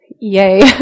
yay